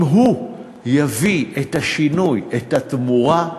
אם הוא יביא את השינוי, את התמורה,